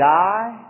die